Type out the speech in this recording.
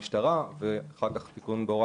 החוק בנושא המשטרה ואחר כך לגבי השב"ס,